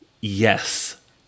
Yes